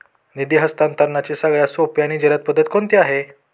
निधी हस्तांतरणाची सगळ्यात सोपी आणि जलद पद्धत कोणती आहे?